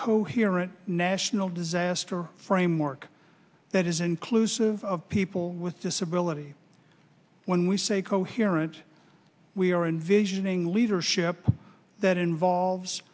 coherent national disaster framework that is inclusive of people with disability when we say coherent we are in visioning leadership that involves